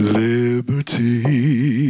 liberty